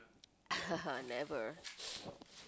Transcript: never